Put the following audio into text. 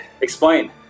Explain